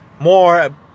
more